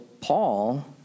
Paul